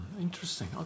Interesting